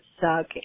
suck